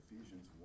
Ephesians